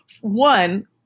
One